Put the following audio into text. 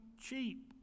cheap